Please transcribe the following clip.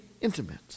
intimate